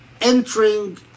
entering